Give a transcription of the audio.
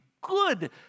good